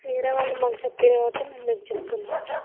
వేరే వాళ్ళు మాకు చెప్పారు కాబట్టి మేము మీకు చెప్తున్నాంఅండి